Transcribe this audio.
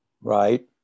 Right